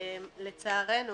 לצערנו,